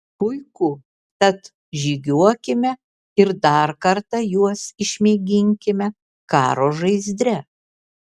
puiku tad žygiuokime ir dar kartą juos išmėginkime karo žaizdre